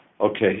Okay